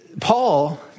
Paul